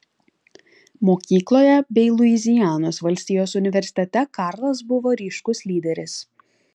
mokykloje bei luizianos valstijos universitete karlas buvo ryškus lyderis